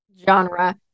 genre